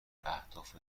اهداف